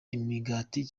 imigati